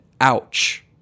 ouch